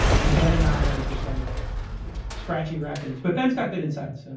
and ben and i are just like scratchy records but ben's got good insights. so